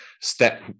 step